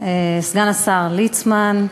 סגן השר ליצמן,